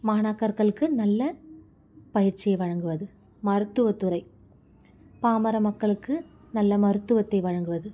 மாணாக்கர்களுக்கு நல்ல பயிற்சியை வழங்குவது மருத்துவத்துறை பாமர மக்களுக்கு நல்ல மருத்துவத்தை வழங்குவது